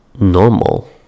normal